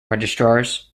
registrars